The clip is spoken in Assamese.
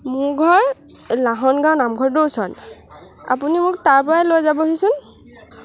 মোৰ ঘৰ লাহন গাঁৱৰ নামঘৰটোৰ ওচৰত আপুনি মোক তাৰ পৰাই লৈ যাবহিচোন